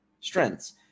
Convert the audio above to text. strengths